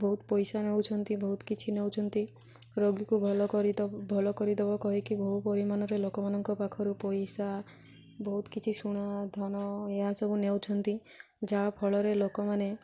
ବହୁତ ପଇସା ନେଉଛନ୍ତି ବହୁତ କିଛି ନେଉଛନ୍ତି ରୋଗୀକୁ ଭଲ କରିଦବ ଭଲ କରିଦବ କହିକି ବହୁ ପରିମାଣରେ ଲୋକମାନଙ୍କ ପାଖରୁ ପଇସା ବହୁତ କିଛି ସୁନା ଧନ ଏହା ସବୁ ନେଉଛନ୍ତି ଯାହାଫଳରେ ଲୋକମାନେ